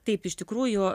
taip iš tikrųjų